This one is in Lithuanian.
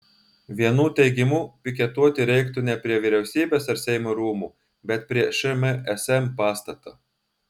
vienų teigimu piketuoti reiktų ne prie vyriausybės ar seimo rūmų bet prie šmsm pastato